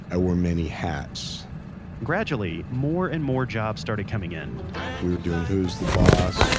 i wore many hats gradually, more and more jobs started coming in we were doing who's the boss